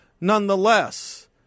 Nonetheless